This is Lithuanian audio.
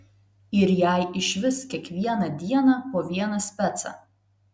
ir jai išvis kiekvieną dieną po vieną specą